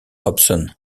hobson